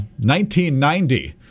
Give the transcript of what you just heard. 1990